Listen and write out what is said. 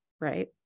right